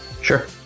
Sure